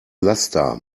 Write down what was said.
laster